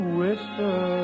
whisper